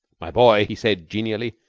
my boy, he said genially,